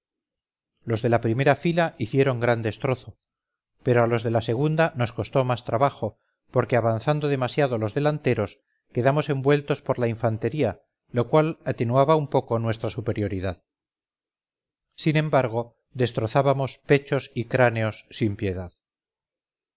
los de la primera fila hicieron gran destrozo pero a los de la segunda nos costó más trabajo porque avanzando demasiado los delanteros quedamos envueltos por la infantería lo cual atenuaba un poco nuestra superioridad sin embargo destrozábamos pechos y cráneos sin piedad